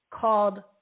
called